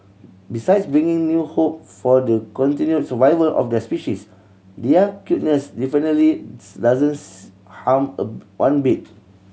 besides bringing new hope for the continued survival of their species their cuteness definitely doesn't harm a one bit